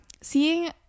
seeing